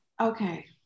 Okay